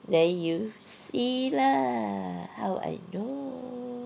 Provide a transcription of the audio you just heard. then you see lah how I know